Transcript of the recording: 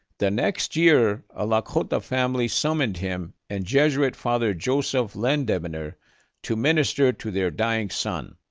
the next year, a lakota family summoned him and jesuit father joseph lindebner to minister to their dying son.